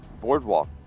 Boardwalk